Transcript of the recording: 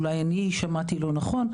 אולי אני שמעתי לא נכון,